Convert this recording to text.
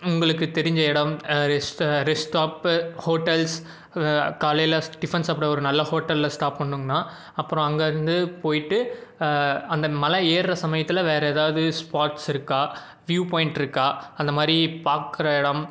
உங்குளுக்கு தெரிஞ்ச இடம் ரெஸ் ரெஸ்ஸ்டாப்பு ஹோட்டல்ஸ் காலையில் டிஃபன் சாப்பிட ஒரு நல்ல ஹோட்டலில் ஸ்டாப் பண்ணுங்க அண்ணா அப்புறோம் அங்கேருந்து போயிவிட்டு அந்த மலை ஏறுற சமயத்தில் வேறு எதாவுது ஸ்பார்ட்ஸ் இருக்கா வியூவ் பாயிண்ட் இருக்கா அந்த மாதிரி பார்க்குற இடம்